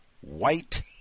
white